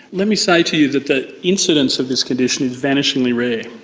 let me say to you that the incidence of this condition is vanishingly rare,